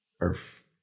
earth